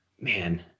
man